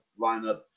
lineup